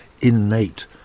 innate